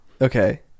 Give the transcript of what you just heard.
Okay